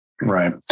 Right